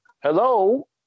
Hello